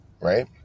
Right